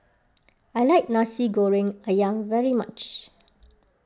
I like Nasi Goreng Ayam very much